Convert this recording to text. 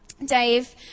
Dave